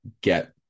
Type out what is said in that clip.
get